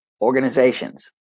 organizations